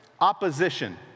opposition